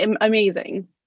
amazing